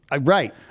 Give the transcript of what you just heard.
Right